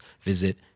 visit